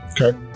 okay